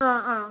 ആ ആ